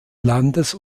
landes